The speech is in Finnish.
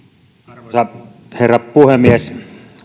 arvoisa herra puhemies